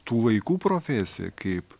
tų laikų profesija kaip